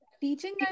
teaching